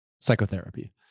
psychotherapy